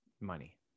money